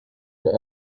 were